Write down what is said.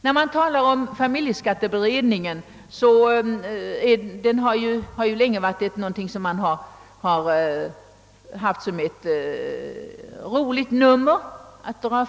Man har länge haft familjeskattefrågan som ett roligt nummer att dra fram i alla familjepolitiska debatter.